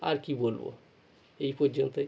আর কী বলবো এই পর্যন্তই